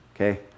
okay